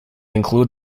include